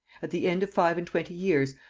at the end of five-and-twenty years,